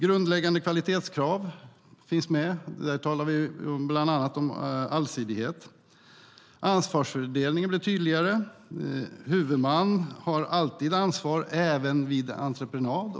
Grundläggande kvalitetskrav finns med. Där talar vi bland annat om allsidighet. Ansvarsfördelningen blir tydligare. Huvudman har alltid ansvar, även vid entreprenad.